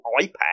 iPad